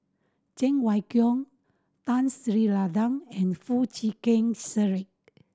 Cheng Wai Keung Tun Sri Lanang and Foo Chee Keng Cedric